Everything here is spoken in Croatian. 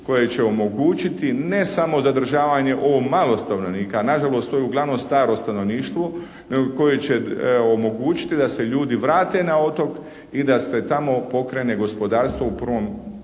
koje će omogućiti ne samo zadržavanje ovo malo stanovnika. Nažalost, to je uglavnom staro stanovništvo, koju će omogućiti da se ljudi vrate na otok i da se tamo pokrene gospodarstvo. U prvom